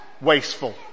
wasteful